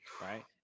Right